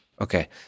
Okay